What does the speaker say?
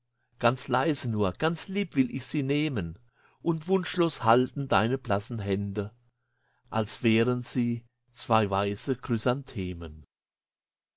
ganz leise nur ganz lieb will ich sie nehmen und wunschlos halten deine blassen hände als wären sie zwei weiße chrysanthemen